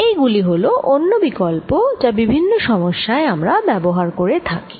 এই গুলি হলো অন্য বিকল্প যা বিভিন্ন সমস্যায় আমরা ব্যবহার করে থাকি